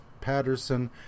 Patterson